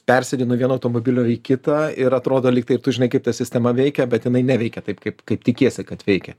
persėdi nuo vieno automobilio į kitą ir atrodo lyg tai ir tu žinai kaip ta sistema veikia bet jinai neveikia taip kaip kaip tikiesi kad veikia